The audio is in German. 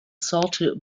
sorte